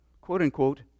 quote-unquote